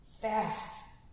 fast